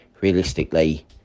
realistically